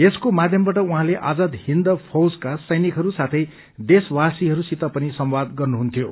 यसको माध्यमबाट उहाँले आजाद हिन्द फौजमका सैनिकहरू साथै दशवासीहरूसित पनि संवाद गर्नुहन्थ्यो